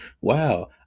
Wow